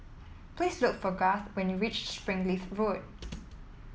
please look for Garth when you reach Springleaf Road